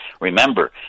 remember